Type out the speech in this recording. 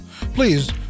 please